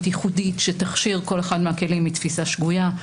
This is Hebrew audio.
ייחודית שתכשיר כל אחד מהכלים היא תפיסה שגויה.